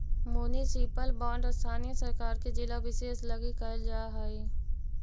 municipal bond स्थानीय सरकार से जिला विशेष लगी कैल जा हइ